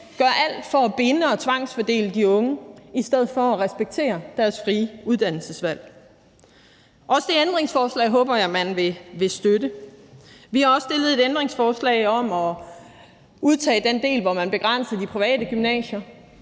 gør alt for at binde og tvangsfordele de unge i stedet for at respektere deres frie uddannelsesvalg. Også det ændringsforslag håber jeg man vil støtte. Vi har også stillet ændringsforslag om at udtage den del, hvor man begrænser de private gymnasier.